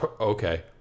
okay